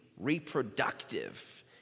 reproductive